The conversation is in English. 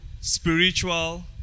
spiritual